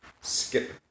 Skip